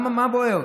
מה בוער?